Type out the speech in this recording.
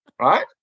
right